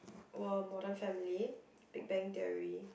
were modern-family Big-bang-Theory